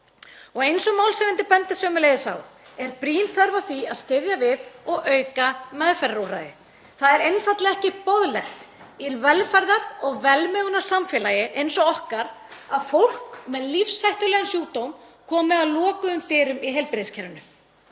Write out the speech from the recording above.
Eins og málshefjandi bendir sömuleiðis á er brýn þörf á því að styðja við og auka meðferðarúrræði. Það er einfaldlega ekki boðlegt í velferðar- og velmegunarsamfélagi eins og okkar að fólk með lífshættulegan sjúkdóm komi að lokuðum dyrum í heilbrigðiskerfinu.